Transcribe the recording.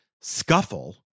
scuffle